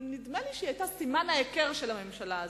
נדמה לי שהיא היתה סימן ההיכר של הממשלה הזאת.